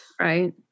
Right